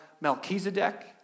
Melchizedek